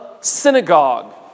synagogue